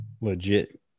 legit